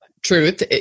truth